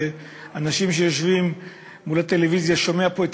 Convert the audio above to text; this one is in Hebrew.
ואנשים שיושבים מול הטלוויזיה שומעים פה את